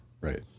Right